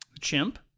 chimp